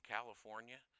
California